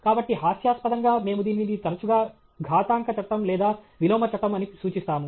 కాబట్టి హాస్యాస్పదంగా మేము దీనిని తరచుగా ఘాతాంక చట్టం లేదా విలోమ చట్టం అని సూచిస్తాము